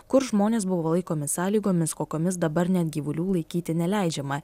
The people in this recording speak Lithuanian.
kur žmonės buvo laikomi sąlygomis kokiomis dabar net gyvulių laikyti neleidžiama